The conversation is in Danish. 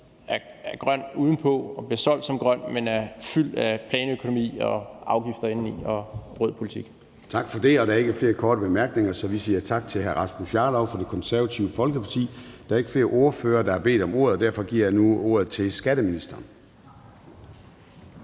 er grøn udenpå og bliver solgt som grøn, men som er fuld af planøkonomi og afgifter og rød politik indeni. Kl. 11:08 Formanden (Søren Gade): Tak for det. Der er ikke flere korte bemærkninger, så vi siger tak til hr. Rasmus Jarlov fra Det Konservative Folkeparti. Der er ikke flere ordførere, der har bedt om ordet, og derfor giver jeg nu ordet til skatteministeren.